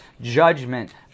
judgment